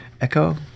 Echo